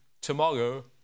tomorrow